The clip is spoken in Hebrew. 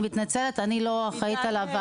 אני מתנצלת, אני לא אחראית על הוועדה.